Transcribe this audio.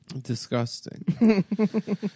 Disgusting